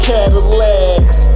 Cadillacs